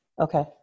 Okay